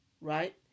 right